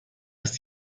ist